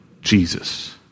Jesus